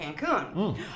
Cancun